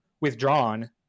withdrawn